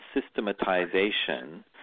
systematization